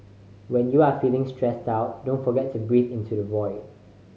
when you are feeling stressed out don't forget to breathe into the void